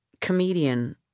comedian